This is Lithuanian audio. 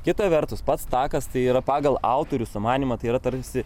kita vertus pats takas tai yra pagal autorių sumanymą tai yra tarsi